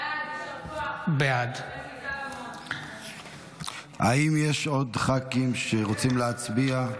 בעד האם יש עוד ח"כים שרוצים להצביע?